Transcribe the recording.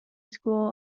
school